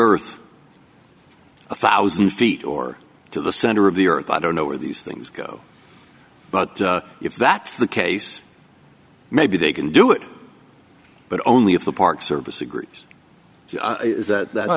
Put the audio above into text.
earth a one thousand feet or to the center of the earth i don't know where these things go but if that's the case maybe they can do it but only if the park service agrees that